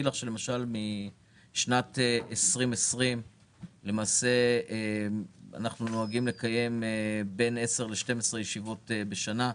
משנת 2020 אנחנו נוהגים לקיים 10 12 ישיבות בשנה.